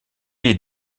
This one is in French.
est